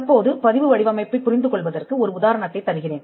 தற்போது பதிவு வடிவமைப்பைப் புரிந்து கொள்வதற்கு ஒரு உதாரணத்தைத் தருகிறேன்